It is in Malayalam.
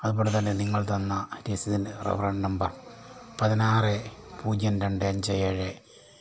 അതുപോലെതന്നെ നിങ്ങൾ തന്ന രസീതിൻ്റെ റഫറൻസ് നമ്പർ പതിനാറ് പൂജ്യം രണ്ട് അഞ്ച് ഏഴ്